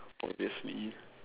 obviously